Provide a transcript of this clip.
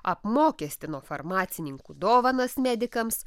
apmokestino farmacininkų dovanas medikams